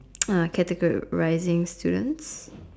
of categorising students